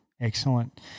Excellent